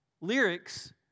lyrics